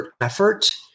effort